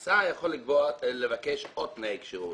והשר יכול לבקש עוד תנאי כשירות.